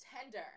Tender